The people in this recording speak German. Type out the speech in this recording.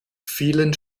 vielen